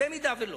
אם לא,